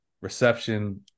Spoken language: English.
reception